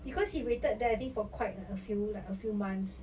because he waited there I think for quite a few like a few months